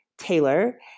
Taylor